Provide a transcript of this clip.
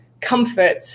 comfort